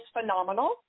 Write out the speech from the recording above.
phenomenal